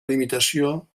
limitació